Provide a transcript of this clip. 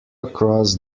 across